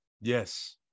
Yes